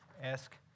ask